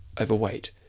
overweight